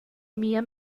mia